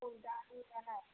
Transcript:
फूलदानी लेनाइ छै